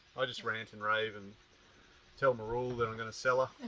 i just rant and rave and tell mirrool that i'm gonna sell her.